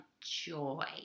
joy